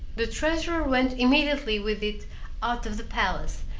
the treasurer went immediately with it out of the palace,